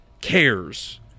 cares